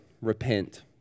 Repent